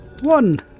One